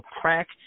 crack